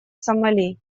сомали